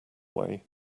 way